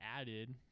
added